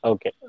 Okay